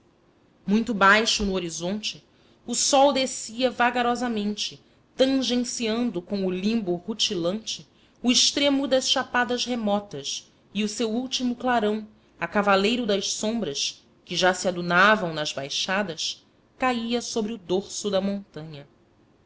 muito baixo no horizonte o sol descia vagarosamente tangenciando com o limbo rutilante o extremo das chapadas remotas e o seu último clarão a cavaleiro das sombras que já se adunavam nas baixadas caía sobre o dorso da montanha